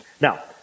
Now